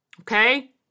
okay